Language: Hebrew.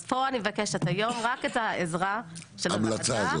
אז פה אני מבקשת היום רק את העזרה של הוועדה לאיזון.